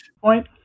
point